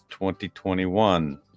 2021